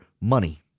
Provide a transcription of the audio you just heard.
money